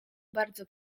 bardzo